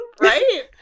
right